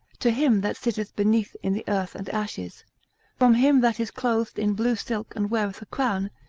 to him that sitteth beneath in the earth and ashes from him that is clothed in blue silk and weareth a crown,